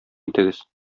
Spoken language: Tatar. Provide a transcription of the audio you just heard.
итегез